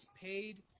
paid